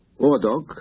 ordog